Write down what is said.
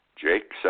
Jake